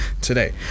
today